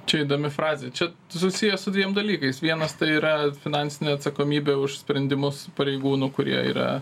čia įdomi frazė čia susiję su dviem dalykais vienas tai yra finansinė atsakomybė už sprendimus pareigūnų kurie yra